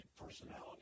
personality